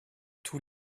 tous